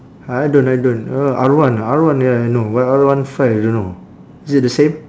I don't I don't uh R one R one ya I know but R one five I don't know is it the same